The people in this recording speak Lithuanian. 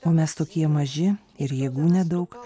o mes tokie maži ir jėgų nedaug